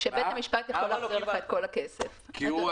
כי היה